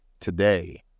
today